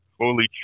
holy